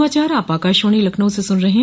यह समाचार आप आकाशवाणी लखनऊ से सून रहे हैं